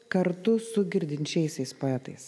kartu su girdinčiaisiais poetais